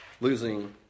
Losing